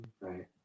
right